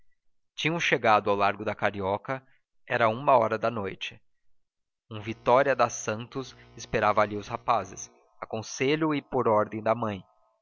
tinham chegado ao largo da carioca era uma hora da noite uma vitória de santos esperava ali os rapazes a conselho e por ordem da mãe